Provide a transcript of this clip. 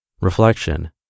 Reflection